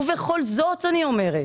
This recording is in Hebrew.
ובכל זאת אני אומרת,